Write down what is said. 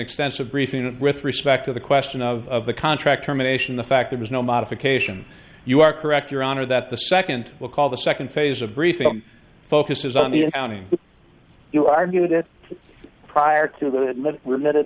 expensive briefing with respect to the question of the contract terminations the fact there was no modification you are correct your honor that the second will call the second phase of briefing focuses on the accounting you argued it prior to that were